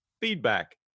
feedback